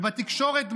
ובתקשורת,